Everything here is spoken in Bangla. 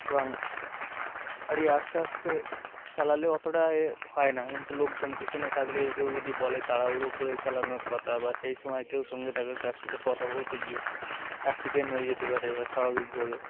এবং গড়ি আস্তে আস্তে চালালে অতটা এ হয় না কিন্তু লোকজন পিছনে থাকলে কেউ যদি বলে তাড়াহুড়ো করে চালানোর কথা বা সেই সময় কেউ সঙ্গে থাকলে তার সাথে কথা বলতে গিয়ে অ্যাক্সিডেন্ট হয়ে যেতে পারে বা স্বাভাবিকভাবে